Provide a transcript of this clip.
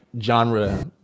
genre